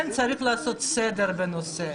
כן צריך לעשות סדר בנושא,